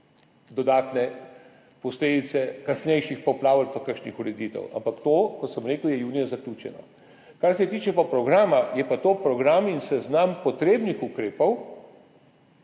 dodatne posledice kasnejših poplav ali pa kakšnih ureditev. Ampak to, kot sem rekel, je junija zaključeno. Kar se tiče programa, je pa to program in seznam potrebnih ukrepov